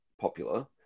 popular